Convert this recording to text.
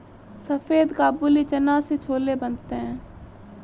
सफेद काबुली चना से छोले बनते हैं